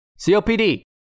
COPD